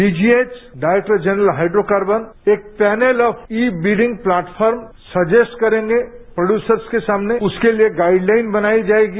DGH director general of hydrocarbon एक panel of e bidding platform suggest करेंगे producers के सामने उसके लिए गाइडलाइन बनाई जाएगी